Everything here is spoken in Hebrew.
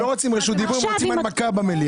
הם לא רוצים רשות דיבור; הם רוצים הנמקה במליאה,